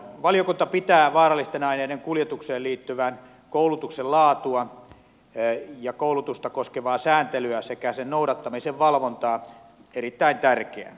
valiokunta pitää vaarallisten aineiden kuljetukseen liittyvän koulutuksen laatua ja koulutusta koskevaa sääntelyä sekä sen noudattamisen valvontaa erittäin tärkeänä